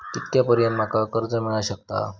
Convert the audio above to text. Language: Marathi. कितक्या पर्यंत माका कर्ज मिला शकता?